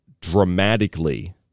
dramatically